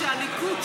שהליכוד,